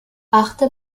achte